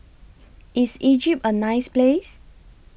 IS Egypt A nice Place